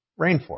rainforest